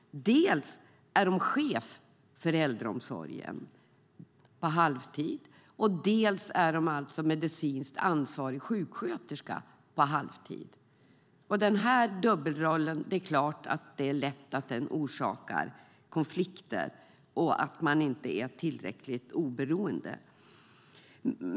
Dels är de chefer för äldreomsorgen på halvtid, dels är de medicinskt ansvariga sjuksköterskor på halvtid. Det är klart att det är lätt att denna dubbelroll orsakar konflikter och att man inte är tillräckligt oberoende.